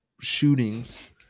shootings